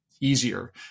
easier